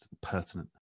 pertinent